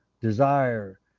desire